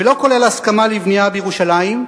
ולא כולל הסכמה לבנייה בירושלים,